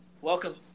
welcome